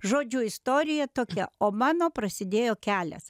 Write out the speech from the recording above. žodžiu istorija tokia o mano prasidėjo kelias